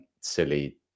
silly